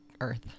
Earth